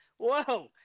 Whoa